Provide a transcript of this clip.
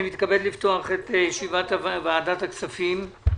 אני מתכבד לפתוח את ישיבת ועדת הכספים.